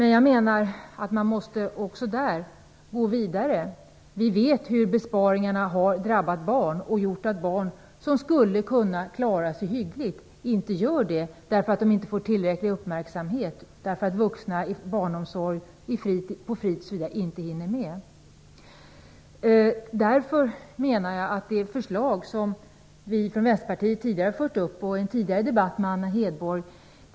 Men jag menar att man också där måste gå vidare. Vänsterpartiet har tidigare lagt fram förslag som diskuterats i en debatt med Anna Hedborg.